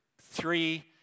three